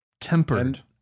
Tempered